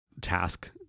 task